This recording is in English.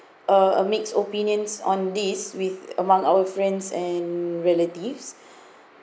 uh a mixed opinions on this with among our friends and relatives